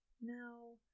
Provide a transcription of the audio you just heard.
No